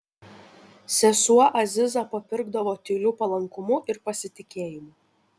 sesuo aziza papirkdavo tyliu palankumu ir pasitikėjimu